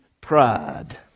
pride